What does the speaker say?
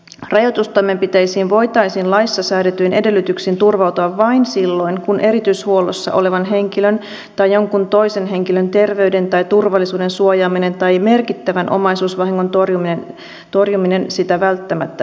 rajoitustoimenpiteisiin voitaisiin laissa säädetyin edellytyksin turvautua vain silloin kun erityishuollossa olevan henkilön tai jonkun toisen henkilön terveyden tai turvallisuuden suojaaminen tai merkittävän omaisuusvahingon torjuminen sitä välttämättä edellyttää